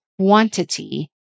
quantity